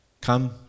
come